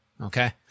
okay